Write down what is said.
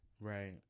Right